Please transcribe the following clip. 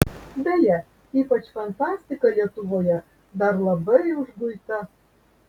beje ypač fantastika lietuvoje dar labai užguita